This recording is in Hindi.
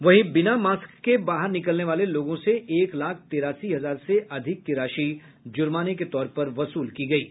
वहीं बिना मास्क के बाहर निकलने वाले लोगों से एक लाख तिरासी हजार से अधिक की राशि जुर्माने के तौर पर वसूल की गयी है